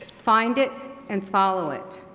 find it and follow it.